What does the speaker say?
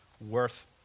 worth